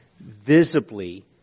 visibly